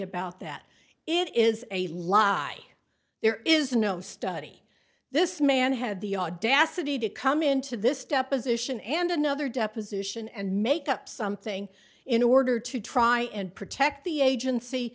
about that it is a lie there is no study this man had the audacity to come into this deposition and another deposition and make up something in order to try and protect the agency